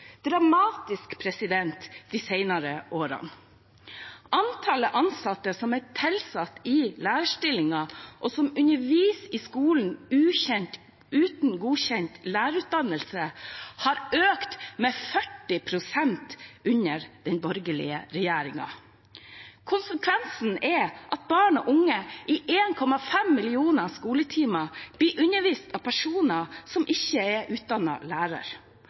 dramatisk – dramatisk – de senere årene. Antallet ansatte som er tilsatt i lærerstillinger, og som underviser i skolen uten godkjent lærerutdannelse, har økt med 40 pst. under den borgerlige regjeringen. Konsekvensen er at barn og unge i 1,5 millioner skoletimer blir undervist av personer som ikke er utdannet lærer.